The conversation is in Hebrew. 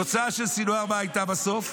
התוצאה של סנוואר מה הייתה בסוף?